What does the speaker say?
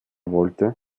wollte